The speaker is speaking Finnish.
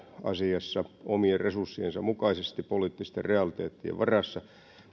asiassa omien resurssiensa mukaisesti poliittisten realiteettien varassa